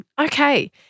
Okay